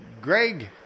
Greg